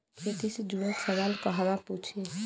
खेती से जुड़ल सवाल कहवा पूछी?